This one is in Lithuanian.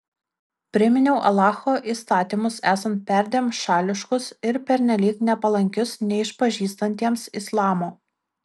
priminiau alacho įstatymus esant perdėm šališkus ir pernelyg nepalankius neišpažįstantiems islamo